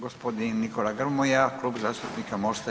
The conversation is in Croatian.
Gospodin Nikola Grmoja, Klub zastupnika MOST-a.